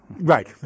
Right